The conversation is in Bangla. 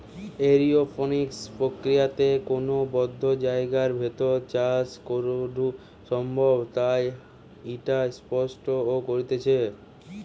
এরওপনিক্স প্রক্রিয়াতে কোনো বদ্ধ জায়গার ভেতর চাষ করাঢু সম্ভব তাই ইটা স্পেস এ করতিছে